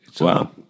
Wow